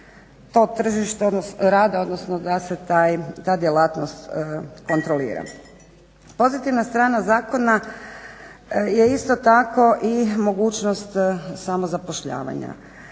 to tržište rada odnosno da se ta djelatnost kontrolira. Pozitivna strana zakona je isto tako i mogućnost samozapošljavanja.